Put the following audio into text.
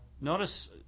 notice